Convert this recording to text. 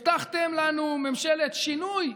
הבטחתם לנו ממשלת שינוי?